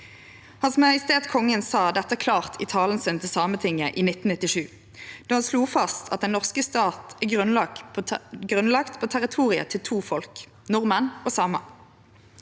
Hans Majestet Kongen sa dette klart i talen sin til Sametinget i 1997, då han slo fast at den norske stat er grunnlagd på territoriet til to folk; nordmenn og samar.